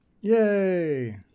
yay